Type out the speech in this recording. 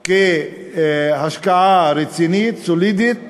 כהשקעה רצינית סולידית